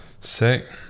sick